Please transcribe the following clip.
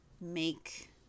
make